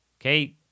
Okay